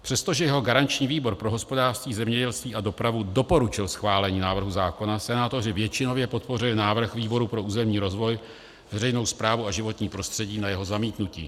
Přestože jeho garanční výbor pro hospodářství, zemědělství a dopravu doporučil schválení návrhu zákona, senátoři většinově podpořili návrh výboru pro územní rozvoj, veřejnou správu a životní prostředí na jeho zamítnutí.